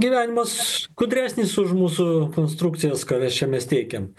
gyvenimas gudresnis už mūsų konstrukcijas ką mes čia mes teikiam